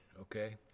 okay